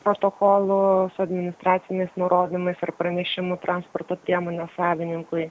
protokolų su administraciniais nurodymais ar pranešimų transporto priemonės savininkui